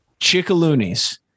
Chickaloonies